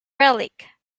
relic